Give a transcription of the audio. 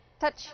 Touch